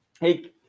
Hey